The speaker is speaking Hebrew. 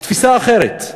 תפיסה אחרת,